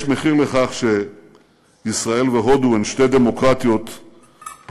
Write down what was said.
יש מחיר לכך שישראל והודו הן שתי דמוקרטיות פלורליסטיות,